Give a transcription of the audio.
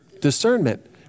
discernment